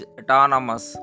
Autonomous